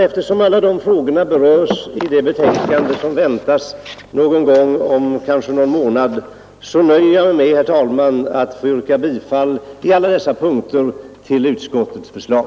Eftersom alla dessa frågor berörs i det betänkande som väntas inom kort, nöjer jag mig med, herr talman, att yrka bifall i alla punkter till utskottets förslag.